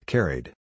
Carried